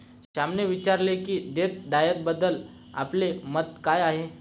श्यामने विचारले की डेट डाएटबद्दल आपले काय मत आहे?